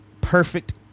perfect